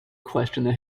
questioned